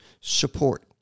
support